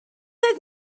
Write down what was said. oedd